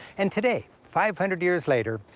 and today, five hundred years later,